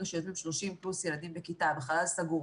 שיושבים 30 פלוס ילדים בכיתה בחלל סגור,